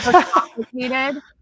Complicated